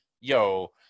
yo